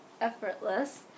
effortless